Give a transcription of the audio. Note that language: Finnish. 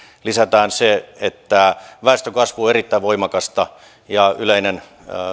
lisätään se että väestönkasvu on erittäin voimakasta ja yleinen